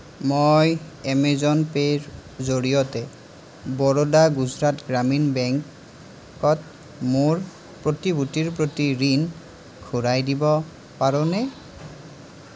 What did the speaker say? মই এমেজন পে'ৰ জৰিয়তে বৰোডা গুজৰাট গ্ৰামীণ বেংকত মোৰ প্ৰতিভূতিৰ প্ৰতি ঋণ ঘূৰাই দিব পাৰোনে